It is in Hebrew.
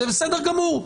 בסדר גמור,